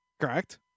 Correct